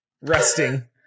resting